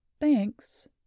Thanks